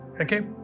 Okay